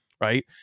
Right